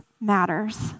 matters